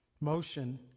motion